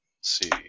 See